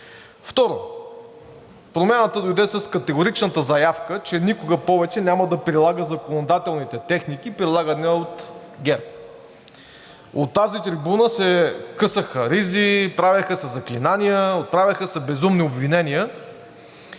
Второ, Промяната дойде с категоричната заявка, че никога повече няма да прилага законодателните техники, прилагани от ГЕРБ. От тази трибуна се късаха ризи, правеха се заклинания, отправяха се безумни обвинения.